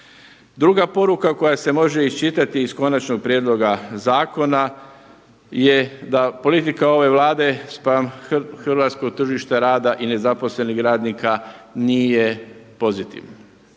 Druga poruka koja se može iščitati iz konačnog prijedloga zakona je da politika ove Vlade spram hrvatskog tržišta rada i nezaposlenih radnika nije pozitivna.